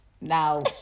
now